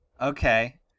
Okay